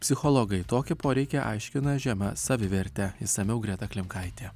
psichologai tokį poreikį aiškina žema saviverte išsamiau greta klimkaitė